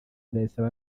ndayisaba